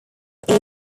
air